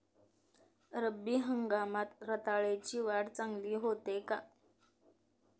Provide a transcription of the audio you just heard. रब्बी हंगामात रताळ्याची वाढ चांगली होते का?